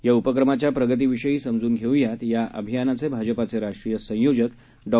याउपक्रमाच्याप्रगतीविषयीसमजूनघेऊयातयाअभियानाचेभाजपाचेराष्ट्रीयसंयोजकडॉ